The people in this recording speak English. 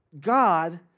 God